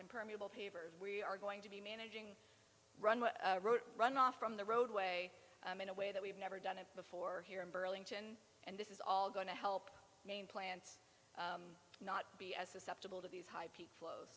permeable pavers we are going to be managing runway wrote runoff from the roadway in a way that we've never done it before here in burlington and this is all going to help main plants not be as susceptible to these high peak flow